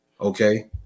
Okay